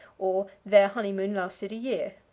or, their honeymoon lasted a year.